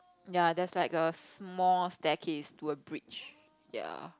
ya there's like a small staircase to a bridge